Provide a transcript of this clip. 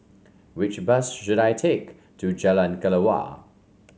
which bus should I take to Jalan Kelawar